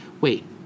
Wait